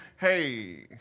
hey